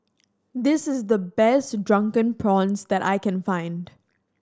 this is the best Drunken Prawns that I can find